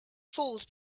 falls